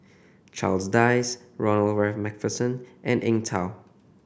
Charles Dyce Ronald Macpherson and Eng Tow